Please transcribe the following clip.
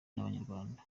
n’abanyarwanda